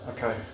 Okay